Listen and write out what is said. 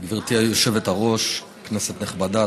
גברתי היושבת-ראש, כנסת נכבדה,